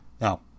Now